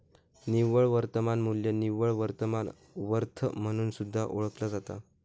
निव्वळ वर्तमान मू्ल्य निव्वळ वर्तमान वर्थ म्हणून सुद्धा ओळखला जाता